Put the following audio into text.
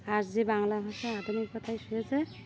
আর যে বাংলা ভাষা আধুনিকতা শুনেছে